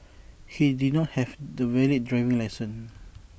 he did not have the valid driving licence